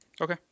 Okay